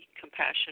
Compassion